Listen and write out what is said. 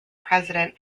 president